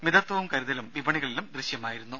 മിതത്വവും കരുതലും വിപണികളിലും ദൃശ്യമായിരുന്നു